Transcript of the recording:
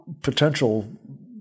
potential